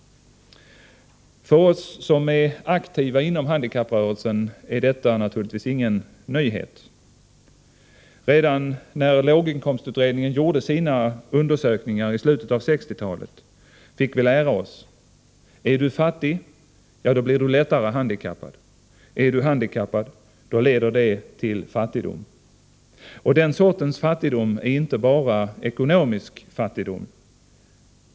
För oss som är aktiva inom handikapprörelsen är detta naturligtvis ingen nyhet. Redan när låginkomstutredningen gjorde sina undersökningar i slutet av 1960-talet fick vi lära oss: Är du fattig, då blir du lättare handikappad. Är du handikappad, då leder det till fattigdom. Den sortens fattigdom är inte bara ekonomisk fattigdom.